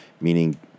meaning